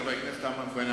חבר הכנסת אמנון כהן,